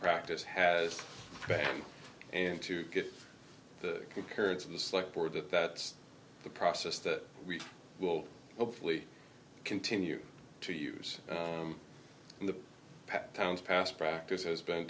practice has banned and to get the kurds in the select board that that's the process that we hopefully continue to use in the town's past practice has been